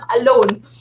alone